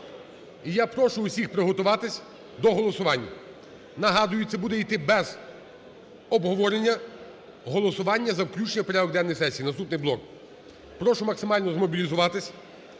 я прошу всіх приготуватись до голосування. Нагадую, це буде йти без обговорення голосування за включення у порядок денний сесії – наступний блок. Прошу максимально змобілізуватись,